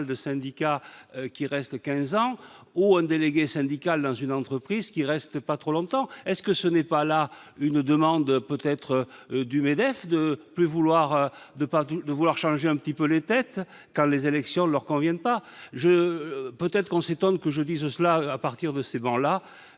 de syndicats qui reste 15 ans ou un délégué syndical dans une entreprise qui reste pas trop longtemps est-ce que ce n'est pas la lune demande peut-être du MEDEF de plus vouloir de devoir changer un petit peu les têtes car les élections de leur conviennent pas je, peut-être qu'on s'étonne que je dise cela, à partir de ces dans la